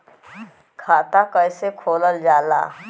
खाता कैसे खोलल जाला?